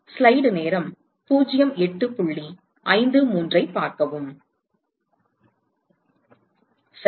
சரி